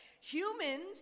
humans